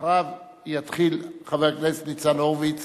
ואחריו יתחיל חבר הכנסת ניצן הורוביץ